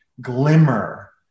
glimmer